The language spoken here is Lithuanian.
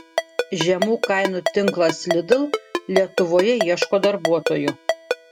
žemų kainų tinklas lidl lietuvoje ieško darbuotojų